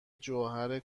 جواهر